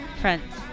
friends